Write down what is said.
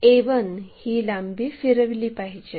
आपल्याला a1 ही लांबी फिरविली पाहिजे